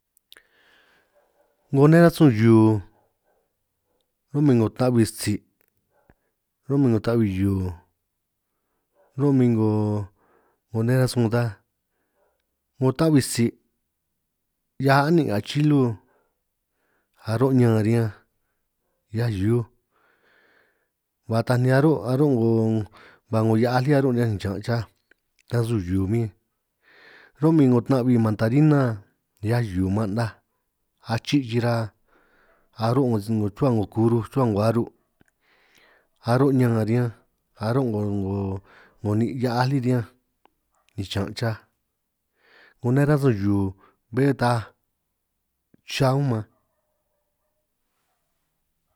'Ngo nej rasun hiu ro'min 'ngo ta'hui tsi' ro'min 'ngo ta'hui hiu, ro'min 'ngo nej rasun ta 'ngo ta'hui tsi', hiaj a'nin' nga chilu aro' ñan riñanj 'hiaj hiuj, ba taaj ni aro' aro' 'ngo ba 'ngo hia'aj lí aro' nej chiñan' chaj rasun hiu min, ro'min 'ngo tna'hui 'ngo mandarina hiaj hiu man 'naj achi' chira, aro' 'ngo si nun rruhua 'ngo kuruj rruhua 'ngo aru' aro' ñan riñan aro', 'ngo 'ngo ni' hia'aj lí riñanj ni chiñan' xaj 'ngo nej rasun hiu bé ta chaa unj man.